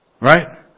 right